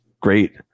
great